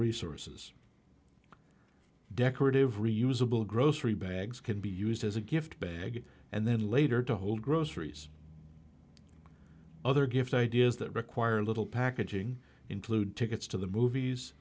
resources decorative reusable grocery bags can be used as a gift bag and then later to hold groceries other gift ideas that require little packaging include tickets to the movies